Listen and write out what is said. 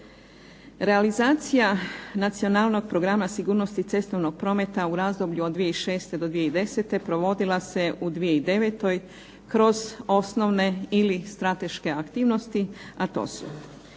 Realizacija nacionalnog programa sigurnosti cestovnog prometa u razdoblju od 2006. do 2010. provodila se u 2009. kroz osnovne ili strateške aktivnosti a to su